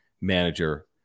manager